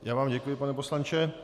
Já vám děkuji, pane poslanče.